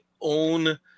own